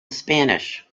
spanish